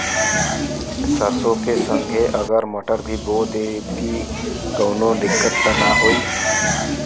सरसो के संगे अगर मटर भी बो दी त कवनो दिक्कत त ना होय?